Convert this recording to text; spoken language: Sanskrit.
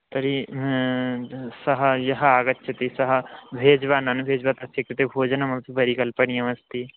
तर्हि सः यः आगच्छति सः भेज् वा नन्भेज् वा तस्य कृते भोजनमपि परिकल्पनीयमस्ति